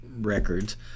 records